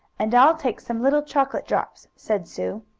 and i'll take some little chocolate drops, said sue.